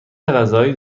غذایی